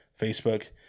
Facebook